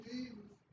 Jesus